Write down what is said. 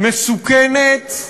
מסוכנת,